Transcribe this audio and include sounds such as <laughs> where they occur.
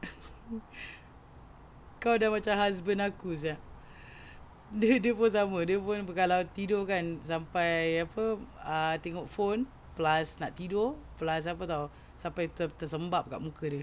<laughs> kau dah macam husband aku siak dia dia pun sama dia pun kalau tidur kan sampai apa ah tengok phone plus nak tidur plus apa [tau] sampai ter tersembam kat muka dia